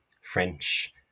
French